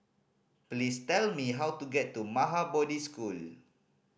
please tell me how to get to Maha Bodhi School